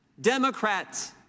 Democrats